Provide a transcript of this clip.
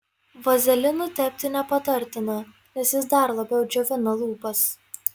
vazelinu tepti nepatartina nes jis dar labiau džiovina lūpas